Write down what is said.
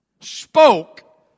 spoke